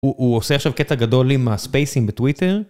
הוא עושה עכשיו קטע גדול עם הספייסים בטוויטר